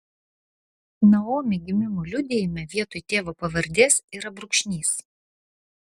naomi gimimo liudijime vietoj tėvo pavardės yra brūkšnys